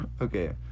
okay